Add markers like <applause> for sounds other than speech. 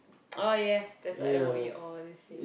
oh <noise> yes that's what M_O_E always say